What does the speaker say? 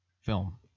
film